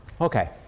Okay